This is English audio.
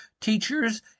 Teachers